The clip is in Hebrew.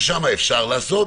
ששם אפשר לעשות.